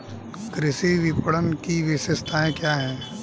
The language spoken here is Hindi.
कृषि विपणन की विशेषताएं क्या हैं?